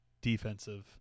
defensive